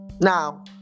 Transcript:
Now